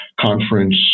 Conference